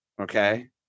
okay